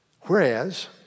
Whereas